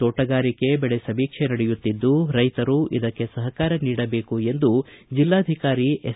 ತೋಟಗಾರಿಕೆ ಬೆಳೆ ಸಮೀಕ್ಷೆ ನಡೆಯುತ್ತಿದ್ದು ರೈತರು ಇದಕ್ಕೆ ಸಹಕಾರ ನೀಡಬೇಕು ಎಂದು ಜಿಲ್ಲಾಧಿಕಾರಿ ಎಸ್